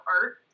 art